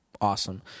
awesome